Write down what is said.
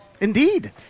Indeed